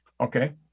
Okay